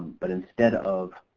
but instead of